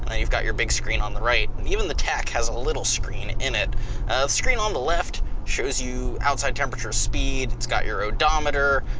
and you've got your big screen on the right and even the tach has a little screen in it. the screen on the left shows you outside temperature, speed, it's got your odometer,